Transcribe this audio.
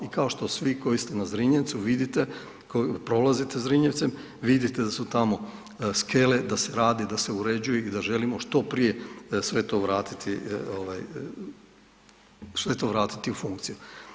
I kao svi koji ste na Zrinjevcu vidite, prolazite Zrinjevcem, vidite da su tamo skele da se radi, da se uređuje i da želimo što prije sve to vratiti ovaj, sve to vratiti u funkciju.